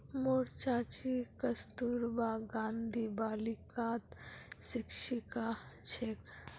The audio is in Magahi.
मोर चाची कस्तूरबा गांधी बालिकात शिक्षिका छेक